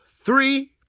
three